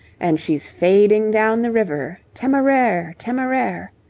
and she's fading down the river, temeraire! temeraire!